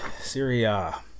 Syria